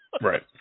Right